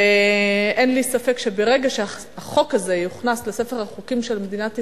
אין לי ספק שברגע שהחוק הזה יוכנס לספר החוקים של מדינת ישראל,